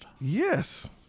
yes